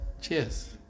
cheers